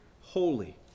holy